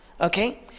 Okay